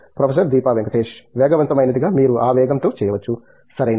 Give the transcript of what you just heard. professor Deepa Venkatesh వేగవంతమైనదిగా మీరు ఆ వేగంతో చేయవచ్చు సరియైనది